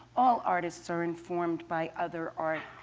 all artists are informed by other art.